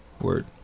Word